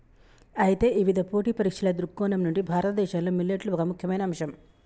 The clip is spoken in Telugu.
అయితే ఇవిధ పోటీ పరీక్షల దృక్కోణం నుండి భారతదేశంలో మిల్లెట్లు ఒక ముఖ్యమైన అంశం